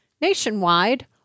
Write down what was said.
Nationwide